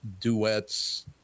duets